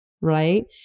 right